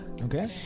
Okay